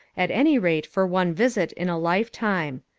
at any rate for one visit in a lifetime.